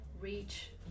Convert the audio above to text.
reach